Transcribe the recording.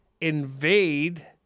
invade